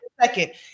second